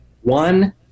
one